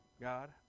God